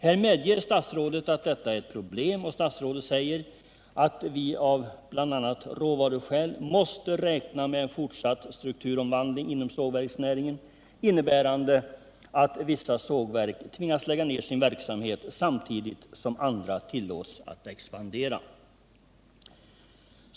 Statsrådet medger att detta är ett problem och säger att vi av bl.a. råvaruskäl måste räkna med en fortsatt strukturomvandling inom sågverksnäringen, innebärande att vissa sågverk tvingas lägga ned sin verksamhet, samtidigt som andra tillåts expandera.